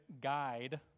guide